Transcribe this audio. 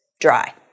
Dry